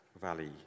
valley